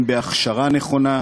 אם בהכשרה נכונה,